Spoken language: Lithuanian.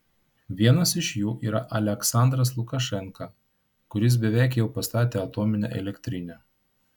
vienas iš jų yra aliaksandras lukašenka kuris beveik jau pastatė atominę elektrinę